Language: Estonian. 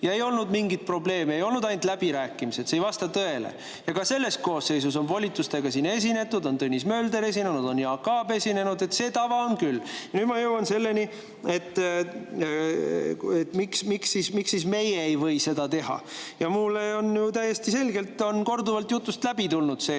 Ei olnud mingit probleemi. Ei olnud ainult läbirääkimiste ajal, see ei vasta tõele. Ka selles koosseisus on volitusega siin esinetud: on Tõnis Mölder esinenud, on Jaak Aab esinenud. See tava on küll. Nüüd ma jõuan selleni, et miks siis meie ei või seda teha. Mulle on täiesti selge, korduvalt on jutust läbi käinud,